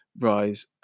rise